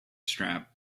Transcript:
strap